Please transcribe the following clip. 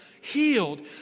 Healed